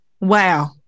Wow